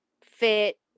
fit